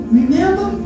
remember